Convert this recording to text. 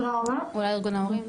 אולי ארגון ההורים.